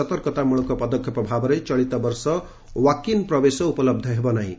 ସତର୍କତାମୂଳକ ପଦକ୍ଷେପ ଭାବରେ ଚଳିତ ବର୍ଷ ୱାକ ଇନ୍ ପ୍ରବେଶ ଉପଲବ୍ଧ ହେବ ନାହିଁ